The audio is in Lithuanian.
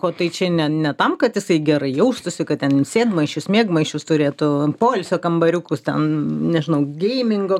o tai čia ne ne tam kad jisai gerai jaustųsi kad ten sėdmaišius miegmaišius turėtų poilsio kambariukus ten nežinau geimingo